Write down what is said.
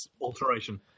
alteration